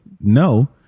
no